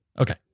Okay